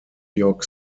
york